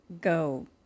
go